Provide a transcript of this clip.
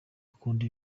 ukunda